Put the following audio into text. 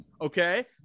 Okay